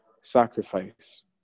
sacrifice